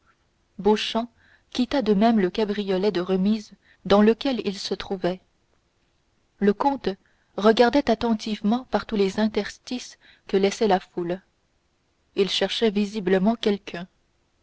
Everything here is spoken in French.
beauchamp quitta de même le cabriolet de remise dans lequel il se trouvait le comte regardait attentivement par tous les interstices que laissait la foule il cherchait visiblement quelqu'un